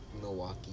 Milwaukee